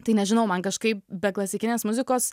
tai nežinau man kažkaip be klasikinės muzikos